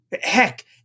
Heck